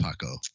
paco